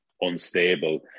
unstable